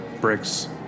bricks